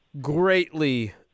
greatly